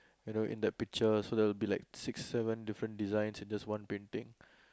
you know in that picture so there will be like six seven different design in just one painting